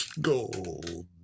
gold